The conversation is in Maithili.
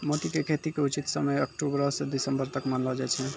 मोती के खेती के उचित समय अक्टुबरो स दिसम्बर तक मानलो जाय छै